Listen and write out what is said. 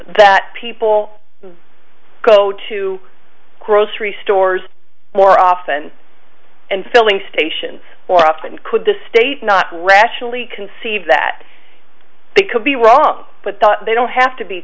that people go to grocery stores more often and filling stations or often could the state not rationally conceive that they could be wrong but they don't have to be